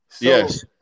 Yes